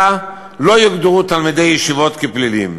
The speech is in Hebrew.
לא יוגדרו תלמידי ישיבות כפליליים.